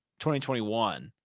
2021